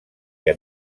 que